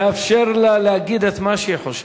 תאפשר לה להגיד את מה שהיא חושבת.